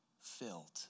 filled